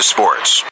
Sports